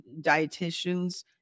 dietitians